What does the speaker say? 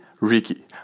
Ricky